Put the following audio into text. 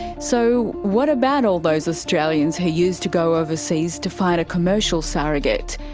so what about all those australians who used to go overseas to find a commercial surrogate?